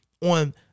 on